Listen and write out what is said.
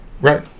Right